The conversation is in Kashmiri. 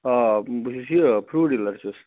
آ بہٕ چھُس یہِ فروٗٹ ڈیٖلَر چھُس